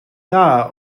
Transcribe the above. dda